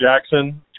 Jackson